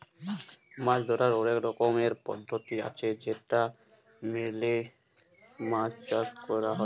মাছ ধরার অলেক রকমের পদ্ধতি আছে যেটা মেলে মাছ চাষ ক্যর হ্যয়